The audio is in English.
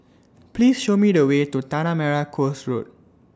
Please Show Me The Way to Tanah Merah Coast Road